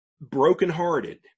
brokenhearted